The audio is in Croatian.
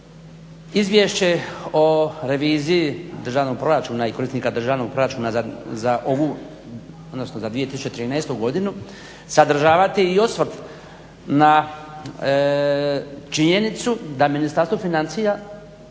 izvješće o reviziji, državnog proračuna i korisnika državnog proračuna za ovu, odnosno za 2013.godinu sadržavati i osvrt na činjenicu da Ministarstvo financija